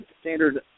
standard